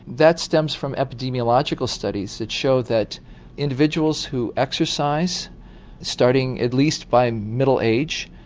that stems from epidemiological studies that show that individuals who exercise starting at least by middle age,